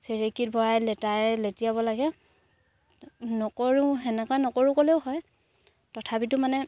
চেৰেকীত ভৰাই লেটাই লেটিয়াব লাগে নকৰোঁ সেনেকুৱা নকৰোঁ ক'লেও হয় তথাপিতো মানে